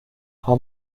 how